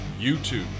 YouTube